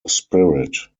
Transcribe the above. spirit